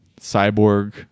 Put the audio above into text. cyborg